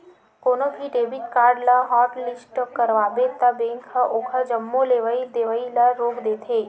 कोनो भी debit card ल हॉटलिस्ट करवाबे त बेंक ह ओखर जम्मो लेवइ देवइ ल रोक देथे